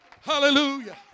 Hallelujah